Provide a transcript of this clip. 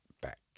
back